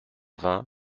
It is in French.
vingt